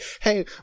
hey